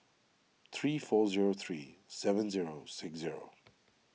three four zero three seven zero six zero